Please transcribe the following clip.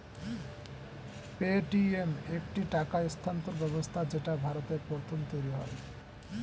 Paytm একটি টাকা স্থানান্তর ব্যবস্থা যেটা ভারতে প্রথম তৈরী হয়